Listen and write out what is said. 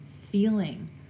feeling